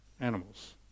animals